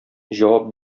җавап